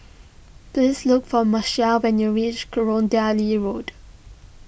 please look for Moesha when you reach Road